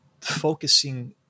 focusing